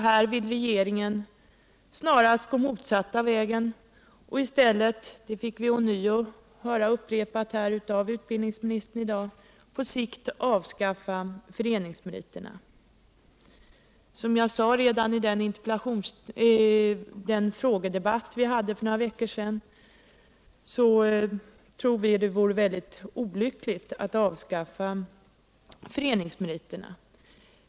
Här vill regeringen snarast gå motsatta vägen och i stället — det fick vi ånyo höra av utbildningsministern i dag — på sikt avskaffa föreningsmeriterna. Som jag sade redan i den frågedebatt vi hade för några veckor sedan, tror vi att det vore väldigt olyckligt att avskaffa föreningsmeriterna.